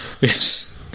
Yes